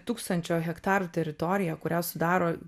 tūkstančio hektarų teritorija kurią sudaro